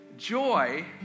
Joy